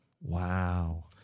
Wow